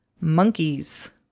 Monkeys